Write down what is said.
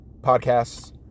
Podcasts